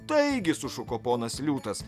taigi sušuko ponas liūtas